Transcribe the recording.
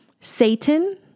Satan